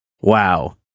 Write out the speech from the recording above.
Wow